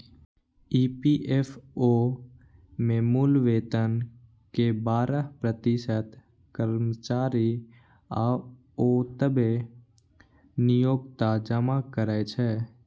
EPFO मे मूल वेतन के बारह प्रतिशत कर्मचारी आ ओतबे नियोक्ता जमा करै छै